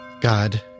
God